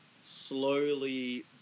slowly